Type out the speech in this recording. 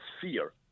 fear